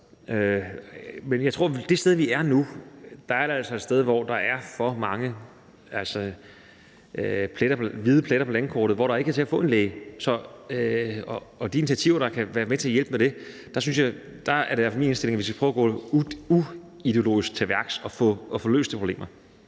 men jeg tror, at det sted, vi er nu, altså er et sted, hvor der er for mange hvide pletter på landkortet, hvor det ikke er til at få en læge, og i forhold til de initiativer, der kan være med til at hjælpe på det, er det min indstilling, at vi skal prøve at gå uideologisk til værks og få løst de problemer.